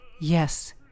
yes